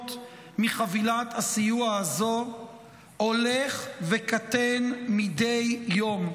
ליהנות מחבילת הסיוע הזאת הולך וקטן מדי יום,